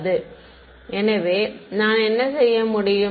மாணவர் எனவே நான் என்ன செய்ய முடியும்